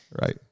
right